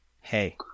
hey